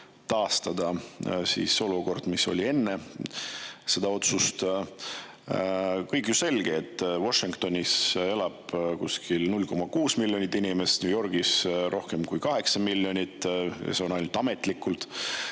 taastada olukord, mis oli enne seda otsust. On ju selge, et Washingtonis elab kuskil 0,6 miljonit inimest, New Yorgis rohkem kui 8 miljonit. Need on ainult ametlikud